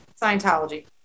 scientology